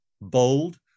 Bold